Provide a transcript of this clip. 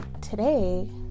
today